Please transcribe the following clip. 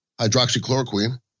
hydroxychloroquine